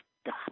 stop